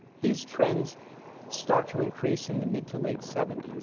these trends start to increase in the mid to late seventy s,